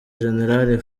jenerali